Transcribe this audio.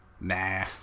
Nah